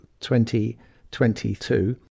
2022